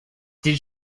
did